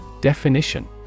Definition